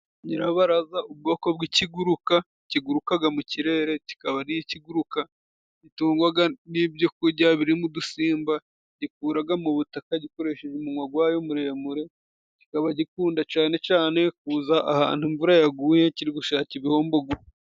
Nyirabaraza ubwoko bw'ikiguruka kigurukaga mu kirere kikaba ari ikiguruka gitungwaga n'ibyo kujya birimo udusimba gikuraga mu butaka gikoresheje umunwa gwayo muremure, kikaba gikunda cane cane kuza ahantu imvura yaguye kiri gushaka ibihombogo.